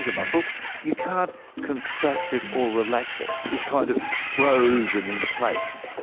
um ah so you can't contract it or relax it it's kind of frozen in place.